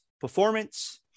performance